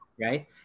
Right